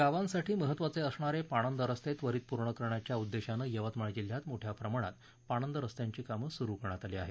गावांसाठी महत्वाचे असणारे पाणंद रस्ते त्वरीत पूर्ण करण्याच्या उद्देशानं यवतमाळ जिल्ह्यात मोठ्या प्रमाणात पाणंद रस्त्यांची कामं सुरू करण्यात आली आहेत